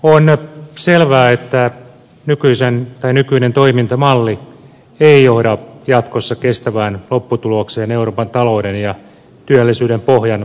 on selvää että nykyinen toimintamalli ei johda jatkossa kestävään lopputulokseen euroopan talouden ja työllisyyden pohjan pelastamiseksi